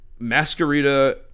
Masquerita